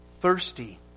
thirsty